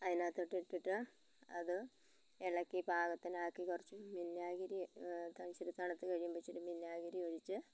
അതിനകത്തോട്ടിട്ടിട്ട് അത് ഇളക്കി പാകത്തിനാക്കി കുറച്ച് വിന്നാഗിരി ഇച്ചിരി തണുത്ത് കഴിയുമ്പോള് ഇച്ചിരി വിന്നാഗിരി ഒഴിച്ച്